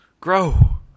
Grow